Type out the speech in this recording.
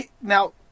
now